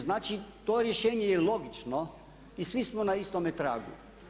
Znači to rješenje je logično i svi smo na istome tragu.